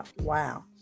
wow